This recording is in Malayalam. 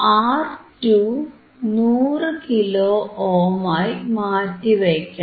R2 100 കിലോ ഓം ആയി മാറ്റിവയ്ക്കണം